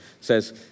says